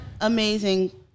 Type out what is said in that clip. amazing